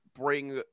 bring